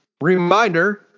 Reminder